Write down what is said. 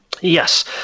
yes